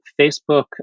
Facebook